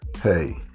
hey